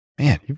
Man